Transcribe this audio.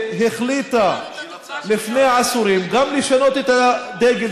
שהחליטה לפני עשורים גם לשנות את הדגל